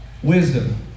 Wisdom